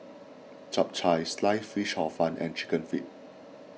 Chap Chai Sliced Fish Hor Fun and Chicken Feet